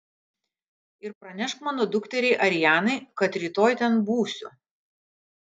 ir pranešk mano dukteriai arianai kad rytoj ten būsiu